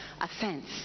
offense